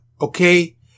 Okay